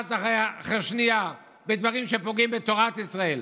אחת אחרי השנייה, בדברים שפוגעים בתורת ישראל,